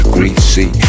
Greasy